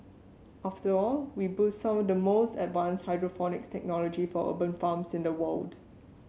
after all we boast some of the most advanced hydroponics technology for urban farms in the world